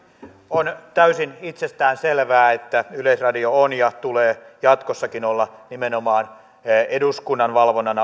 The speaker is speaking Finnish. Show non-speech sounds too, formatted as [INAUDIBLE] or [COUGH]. on täysin itsestäänselvää että yleisradio on ja sen tulee jatkossakin olla nimenomaan eduskunnan valvonnan [UNINTELLIGIBLE]